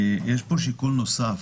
יש פה שיקול נוסף.